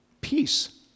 peace